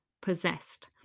possessed